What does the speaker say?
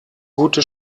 gute